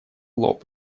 лоб